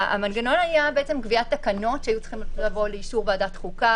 והמנגנון היה קביעת תקנות שהיו צריכות לבוא לאישור ועדת החוקה,